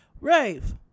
Rave